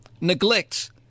Neglects